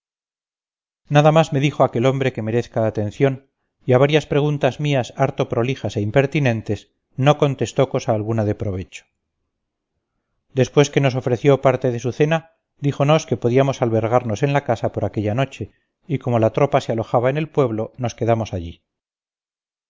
nada más me dijo aquel hombre que merezca atención y a varias preguntas mías harto prolijas e impertinentes no contestó cosa alguna de provecho después que nos ofreció parte de su cena díjonos que podíamos albergarnos en la casa por aquella noche y como la tropa se alojaba en el pueblo nos quedamos allí